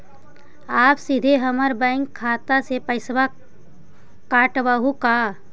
आप सीधे हमर बैंक खाता से पैसवा काटवहु का?